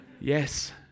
Yes